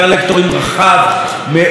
יוכלו לבחור גם מחוץ,